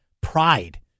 pride